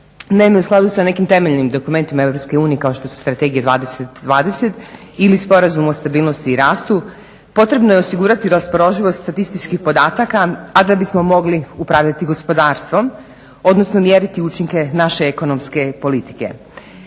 Naime, u skladu sa nekim temeljnim dokumentima EU kao što su Strategija 20/20 ili Sporazum o stabilnosti i rastu potrebno je osigurati raspoloživost statističkih podataka a da bismo mogli upravljati gospodarstvom, odnosno mjeriti učinke naše ekonomske politike.